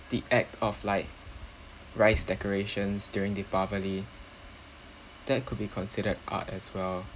the act of like rice decorations during deepavali that could be considered art as well